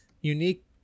unique